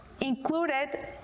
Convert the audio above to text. included